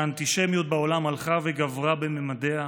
האנטישמיות בעולם הלכה וגברה בממדיה.